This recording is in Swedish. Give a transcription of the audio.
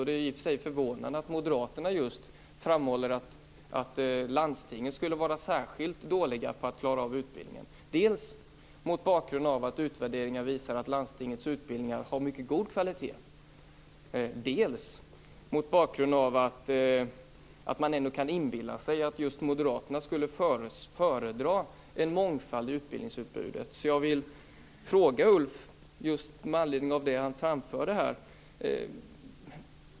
Det är i och för sig förvånande att just Moderaterna framhåller att landstingen skulle vara särskilt dåliga på att klara av utbildningen, dels mot bakgrund av att utvärderingar visar att landstingets utbildningar har mycket god kvalitet, dels mot bakgrund av att man ändå kan inbilla sig att just Moderaterna skulle föredra en mångfald i utbildningsutbudet. Jag vill därför ställa en fråga till Ulf Melin med anledning av det som han framförde.